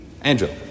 andrew